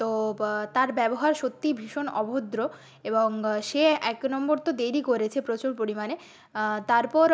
তো তার ব্যবহার সত্যি ভীষণ অভদ্র এবং সে এক নম্বর তো দেরি করেছে প্রচুর পরিমাণে তারপর